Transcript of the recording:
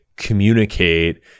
communicate